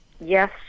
yes